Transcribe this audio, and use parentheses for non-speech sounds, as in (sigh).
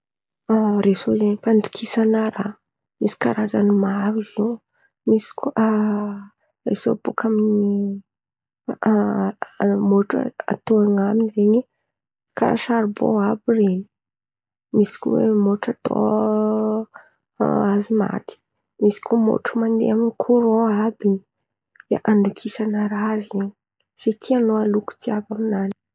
Resô zen̈y fandokisan̈a raha, misy karazan̈y maro izy io misy (hesitation) resô bôka amy ny (hesitation) ala- môtro e, atao aminany zen̈y karàha sarbòn àby ren̈y, misy kô môtro atao hazo maty, misy koa môtra mandeha amy koran àby in̈y, de andokisan̈a raha zen̈y, zey tian̈ao aloky jiàby amin̈any io.